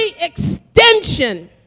extension